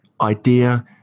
idea